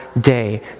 day